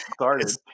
started